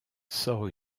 sort